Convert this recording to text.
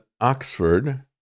Oxford